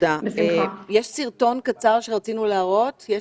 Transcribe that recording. יש סרטון קצר שרצינו להראות מן ההפגנה.